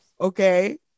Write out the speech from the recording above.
okay